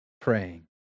praying